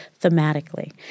thematically